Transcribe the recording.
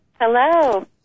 hello